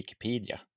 Wikipedia